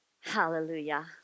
Hallelujah